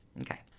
Okay